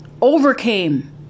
overcame